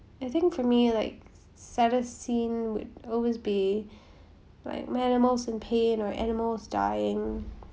I think for me like saddest scene would always be like when animals in pain or animals dying